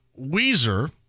Weezer